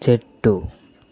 చెట్టు